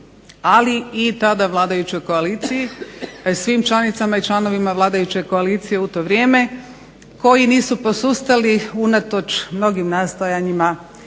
ali i tada vladajućoj koaliciji, te svim članicama i članovima vladajuće koalicije u to vrijeme koji nisu posustali unatoč mnogim nastojanjima